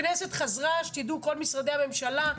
הכנסת חזרה, שתדעו כל משרדי הממשלה.